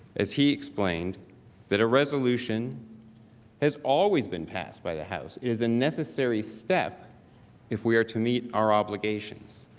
as he explained that a resolution has always been passed by the house is a necessary step if we are to meet our obligations.